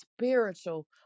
spiritual